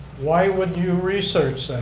why would you research that?